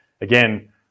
again